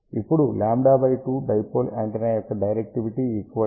ఇప్పుడుλ2 dipole antenna యొక్క directivity 2